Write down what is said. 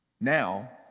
Now